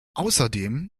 außerdem